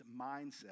mindset